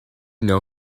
know